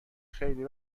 خیلی